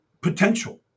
potential